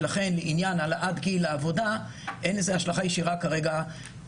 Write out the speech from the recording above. ולכן עניין העלאת גיל העבודה אין לו כרגע השלכה ישירה עליהן.